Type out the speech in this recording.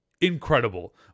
incredible